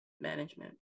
management